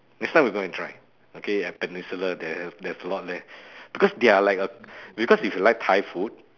next time we go and try okay at peninsula there there's a lot there because they are like a because if you like Thai food